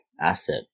asset